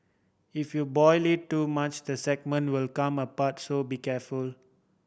if you boil it too much the segment will come apart so be careful